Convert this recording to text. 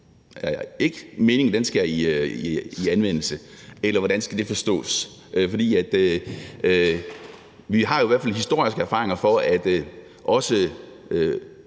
den her lov skal i anvendelse. Eller hvordan skal det forstås? Vi har jo i hvert fald historiske erfaringer for, at også